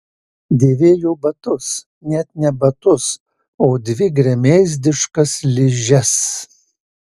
dėvėjo batus net ne batus o dvi gremėzdiškas ližes